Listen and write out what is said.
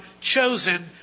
chosen